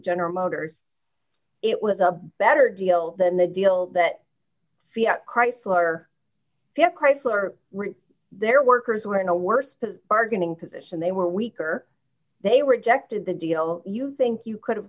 general motors it was a better deal than the deal that we had chrysler chrysler their workers were in a worse but bargaining position they were weaker they rejected the deal you think you could have